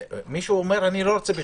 מישהו אומר: אני לא רוצה לבוא.